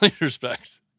respect